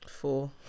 Four